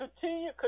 continue